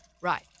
Right